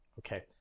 okay